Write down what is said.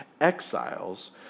exiles